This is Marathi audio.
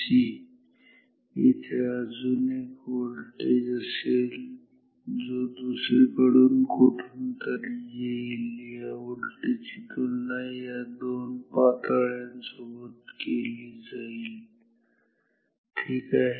तर इथे अजून एक व्होल्टेज असेल जो दुसरीकडून कुठून तरी येईल या व्होल्टेज ची तुलना या दोन पातळ्यांसोबत केली जाईल ठीक आहे